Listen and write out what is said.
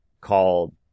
Called